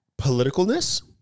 politicalness